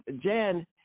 Jan